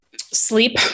Sleep